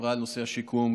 שדיברה על נושא השיקום,